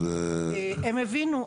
הם הבינו.